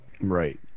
Right